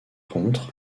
contre